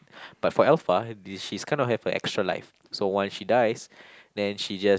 but for Alpha she'S kind of have a extra life so when she dies then she just